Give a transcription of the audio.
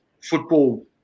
football